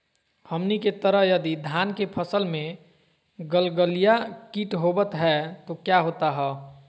हमनी के तरह यदि धान के फसल में गलगलिया किट होबत है तो क्या होता ह?